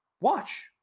watch